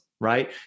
right